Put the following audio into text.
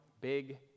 big